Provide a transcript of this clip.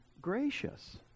gracious